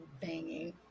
banging